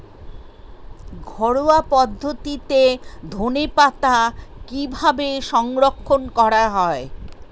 ঘরোয়া পদ্ধতিতে ধনেপাতা কিভাবে সংরক্ষণ করা হয়?